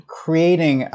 creating